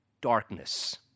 Darkness